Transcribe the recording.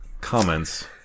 Comments